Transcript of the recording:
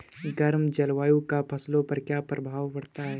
गर्म जलवायु का फसलों पर क्या प्रभाव पड़ता है?